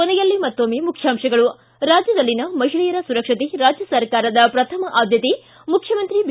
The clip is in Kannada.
ಕೊನೆಯಲ್ಲಿ ಮತ್ತೊಮ್ನೆ ಮುಖ್ಯಾಂಶಗಳು ರಾಜ್ಯದಲ್ಲಿನ ಮಹಿಳೆಯರ ಸುರಕ್ಷತೆ ರಾಜ್ಯ ಸರ್ಕಾರದ ಪ್ರಥಮ ಆದ್ದತೆ ಮುಖ್ಯಮಂತ್ರಿ ಬಿ